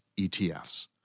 ETFs